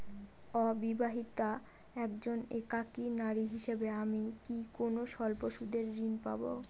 অবিবাহিতা একজন একাকী নারী হিসেবে আমি কি কোনো স্বল্প সুদের ঋণ পাব?